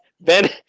Ben